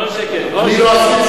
או שכן או שלא.